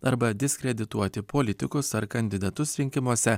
arba diskredituoti politikus ar kandidatus rinkimuose